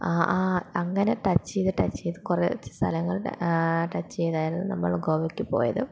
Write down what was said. ആ ആ അങ്ങനെ ടച്ച് ചെയ്ത് ടച്ച് ചെയ്ത് കുറച്ച് സ്ഥലങ്ങൾ ടച്ച് ചെയ്തായിരുന്നു നമ്മൾ ഗോവക്ക് പോയത്